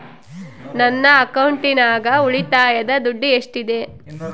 ನನ್ನ ಅಕೌಂಟಿನಾಗ ಉಳಿತಾಯದ ದುಡ್ಡು ಎಷ್ಟಿದೆ?